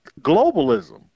globalism